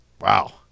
Wow